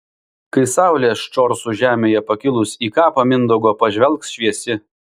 kai saulė ščorsų žemėje pakilus į kapą mindaugo pažvelgs šviesi